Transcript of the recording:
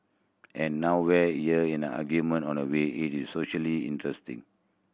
and nowhere here in an argument on a why it is interesting